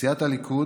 סיעת הליכוד,